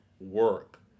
work